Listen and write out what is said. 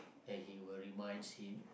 and he will reminds him